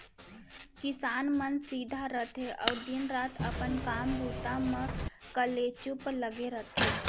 किसान मन सीधा रथें अउ दिन रात अपन काम बूता म कलेचुप लगे रथें